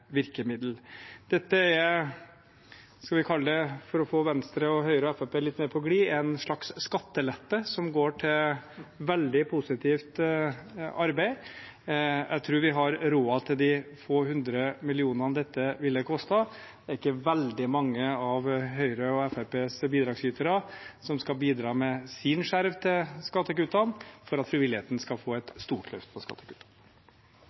Dette er – hva skal vi kalle det for å få Venstre, Høyre og Fremskrittspartiet litt mer på glid? – en slags skattelette som går til veldig positivt arbeid. Jeg tror vi har råd til de få hundre millionene dette ville ha kostet. Det er ikke veldig mange av Høyres og Fremskrittspartiets bidragsytere som skal bidra med sin skjerv til skattekuttene for at frivilligheten skal få et stort løft i skattekutt.